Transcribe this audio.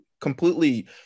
completely